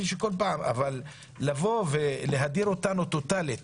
לבוא ולהדיר אותנו טוטאלית